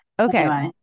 Okay